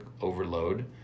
overload